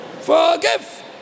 Forgive